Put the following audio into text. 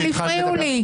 אבל הפריעו לי.